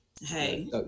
hey